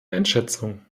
einschätzung